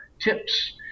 tips